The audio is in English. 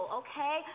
okay